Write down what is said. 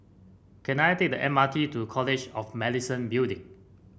can I take the M R T to College of Medicine Building